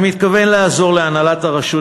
אני מתכוון לעזור להנהלת הרשות,